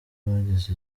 bagize